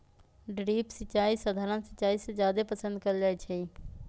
drip सिंचाई सधारण सिंचाई से जादे पसंद कएल जाई छई